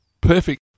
perfect